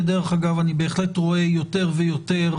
כדרך אגב אני בהחלט רואה יותר ויותר